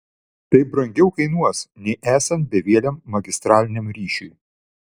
tai brangiau kainuos nei esant bevieliam magistraliniam ryšiui